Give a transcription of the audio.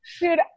dude